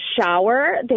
shower